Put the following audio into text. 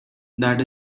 that